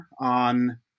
on